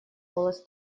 голос